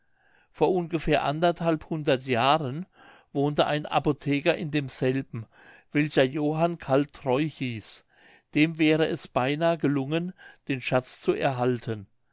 vor ungefähr anderthalb hundert jahren wohnte ein apotheker in demselben welcher johann carl treu hieß dem wäre es beinahe gelungen den schatz zu erhalten